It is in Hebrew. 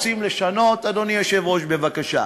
רוצים לשנות, אדוני היושב-ראש, בבקשה.